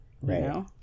Right